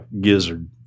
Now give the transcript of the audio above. gizzard